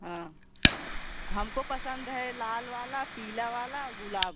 हाँ हमको पसंद है लाल वाला पीला वाला गुलाब वाला